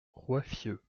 roiffieux